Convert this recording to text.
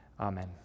amen